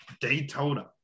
Daytona